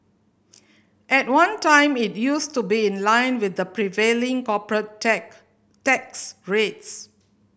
at one time it used to be in line with the prevailing corporate tech tax rates